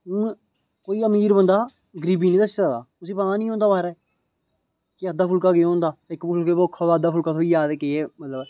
कोई अमीर बंदा गरीबी नेईं दस्सी सकदा उसी पता निं होंदा म्हाराज कि अद्धा फुल्का केह् होंदा इक फुल्के दी भुक्ख होऐ ते अद्धा फुल्का थ्होई जा ते केह् ऐ मतलब